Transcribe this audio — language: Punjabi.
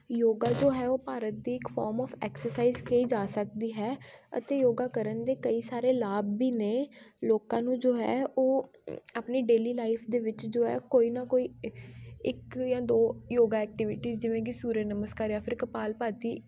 ਯੋਗਾ ਜੋ ਹੈ ਉਹ ਭਾਰਤ ਦੀ ਇੱਕ ਫੌਮ ਔਫ ਐਕਸਾਈਜ ਕਹੀ ਜਾ ਸਕਦੀ ਹੈ ਅਤੇ ਯੋਗਾ ਕਰਨ ਦੇ ਕਈ ਸਾਰੇ ਲਾਭ ਵੀ ਨੇ ਲੋਕਾਂ ਨੂੰ ਜੋ ਹੈ ਉਹ ਆਪਣੀ ਡੇਲੀ ਲਾਈਫ ਦੇ ਵਿੱਚ ਜੋ ਹੈ ਕੋਈ ਨਾ ਕੋਈ ਇੱਕ ਜਾਂ ਦੋ ਯੋਗਾ ਐਕਟੀਵਿਟੀਜ਼ ਜਿਵੇਂ ਕਿ ਸੂਰਯ ਨਮਸਕਾਰ ਜਾਂ ਫਿਰ ਕਪਾਲਭਾਤੀ